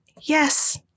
Yes